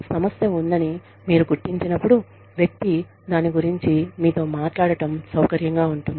సమస్య ఉందని మీరు గుర్తించినప్పుడు వ్యక్తి దాని గురించి మీతో మాట్లాడటం సౌకర్యంగా ఉంటుంది